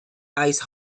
ice